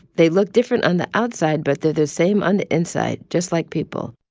they look different on the outside. but they're the same on the inside, just like people